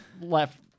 left